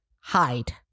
hide